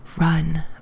run